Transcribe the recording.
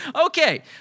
Okay